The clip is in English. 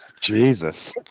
Jesus